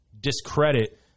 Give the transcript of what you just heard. discredit